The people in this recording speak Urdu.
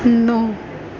نو